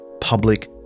public